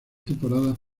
temporadas